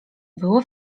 było